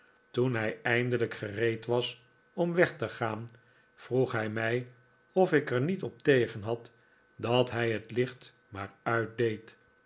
toen hij eindelijk gereed was om weg te gaan vroeg hij mij of ik er niet op tegen had dat hij het licht maar uit